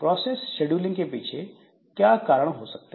process scheduling के पीछे क्या कारण हो सकते हैं